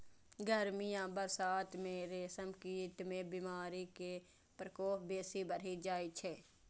गर्मी आ बरसात मे रेशम कीट मे बीमारी के प्रकोप बेसी बढ़ि जाइ छै